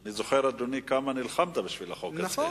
אני זוכר, אדוני, כמה נלחמת בשביל החוק הזה.